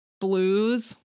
blues